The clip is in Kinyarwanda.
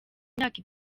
imyaka